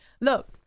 Look